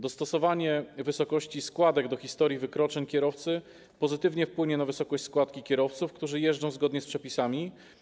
Dostosowanie wysokości składek do historii wykroczeń kierowcy pozytywnie wpłynie na wysokość składki w przypadku kierowców, którzy jeżdżą zgodnie z przepisami.